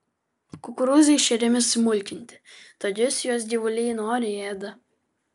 kukurūzai šeriami smulkinti tokius juos gyvuliai noriai ėda